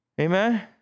Amen